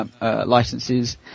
Licenses